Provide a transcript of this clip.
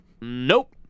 Nope